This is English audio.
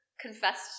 confessed